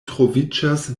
troviĝas